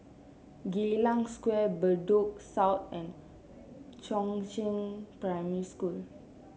Geylang Square Bedok South and Chongzheng Primary School